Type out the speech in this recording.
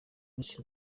miss